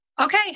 Okay